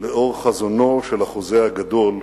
לאור חזונו של החוזה הגדול,